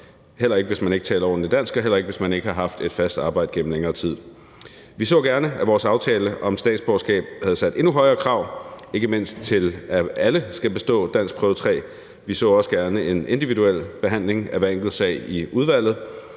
heller ikke, hvis man ikke taler ordentligt dansk, og heller ikke, hvis man ikke har haft et fast arbejde gennem længere tid. Vi så gerne, at vores aftale om statsborgerskab havde sat endnu højere krav, ikke mindst til, at alle skal bestå danskprøve 3. Vi så også gerne en individuel behandling af hver enkelt sag i udvalget,